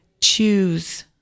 Choose